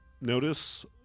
Notice